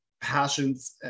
passions